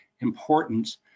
importance